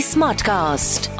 Smartcast